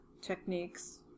techniques